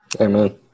Amen